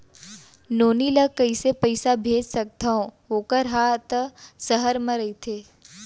नोनी ल कइसे पइसा भेज सकथव वोकर हा त सहर म रइथे?